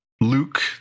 Luke